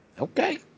Okay